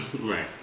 Right